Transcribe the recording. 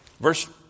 Verse